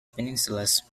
peninsulas